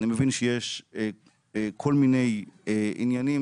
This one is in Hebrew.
אני מבין שיש כל מיני עניינים